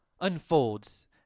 Unfolds